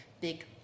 big